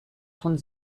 von